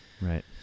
Right